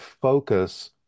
focus